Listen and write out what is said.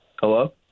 hello